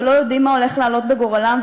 ולא יודעים מה הולך לעלות בגורלם,